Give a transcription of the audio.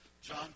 John